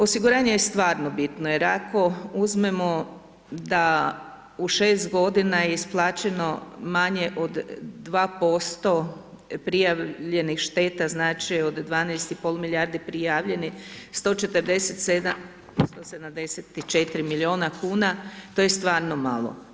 Osiguranje je stvarno bitno jer ako uzmemo da u 6 godina je isplaćeno manje od 2% prijavljenih šteta, znači, od 12,5 milijardi prijavljenih, 174 milijuna kuna, to je stvarno malo.